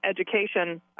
education